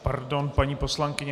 Pardon, paní poslankyně.